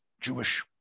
Jewish